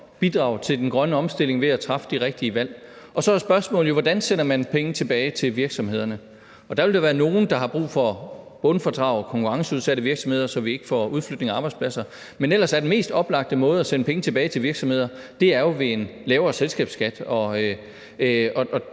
bidrage til den grønne omstilling ved at træffe de rigtige valg. Og så er spørgsmålet jo, hvordan man sender penge tilbage til virksomhederne, og der vil der være nogle, konkurrenceudsatte virksomheder, der har brug for bundfradrag, så vi ikke får udflytning af arbejdspladser. Men ellers er den mest oplagte måde at sende penge tilbage til virksomheder at indføre en lavere selskabsskat, og